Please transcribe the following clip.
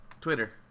Twitter